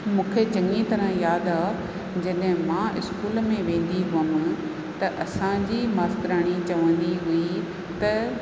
मूंखे चङी तरह यादि आहे जॾहिं मां इस्कूल में वेंदी हुअमि त असांजी मास्तराणी चवंदी हुई त